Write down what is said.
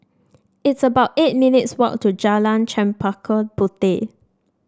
it's about eight minutes' walk to Jalan Chempaka Puteh